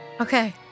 Okay